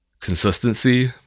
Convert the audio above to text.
consistency